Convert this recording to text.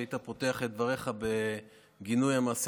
שהיית פותח את דבריך בגינוי המעשה